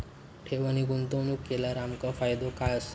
ठेव आणि गुंतवणूक केल्यार आमका फायदो काय आसा?